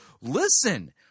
Listen